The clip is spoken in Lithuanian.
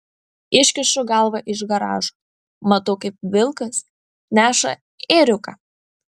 iškišu galvą iš garažo matau kaip vilkas neša ėriuką